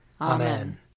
Amen